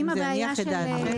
אם זה יניח את דעתכם.